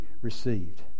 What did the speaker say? received